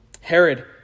Herod